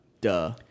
Duh